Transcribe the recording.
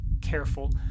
careful